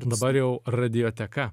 dabar jau radioteka